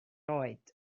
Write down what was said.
oed